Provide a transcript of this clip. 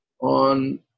on